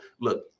Look